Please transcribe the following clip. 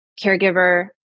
caregiver